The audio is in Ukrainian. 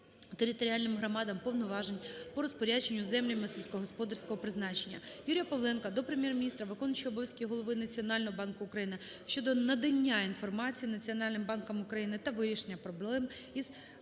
територіальним громадам повноважень по розпорядженню землями сільськогосподарського призначення. Юрія Павленка до Прем'єр-міністра, виконуючого обов’язки Голови Національного банку України щодо надання інформації Національним банком України та вирішення проблем із